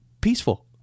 peaceful